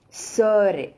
சோறு:soru